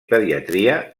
pediatria